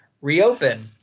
reopen